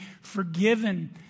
forgiven